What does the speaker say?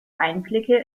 einblicke